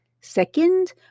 Second